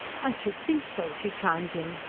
i should think so! she chimed in.